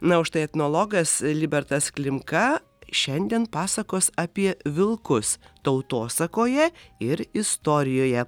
na o štai etnologas libertas klimka šiandien pasakos apie vilkus tautosakoje ir istorijoje